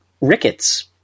rickets